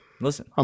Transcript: listen